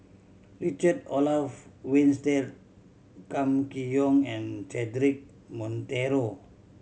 Richard Olaf Winstedt Kam Kee Yong and Cedric Monteiro